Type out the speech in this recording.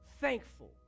thankful